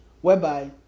whereby